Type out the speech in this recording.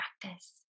practice